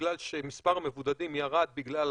בגלל שמספר המבודדים ירד בגלל הסגר,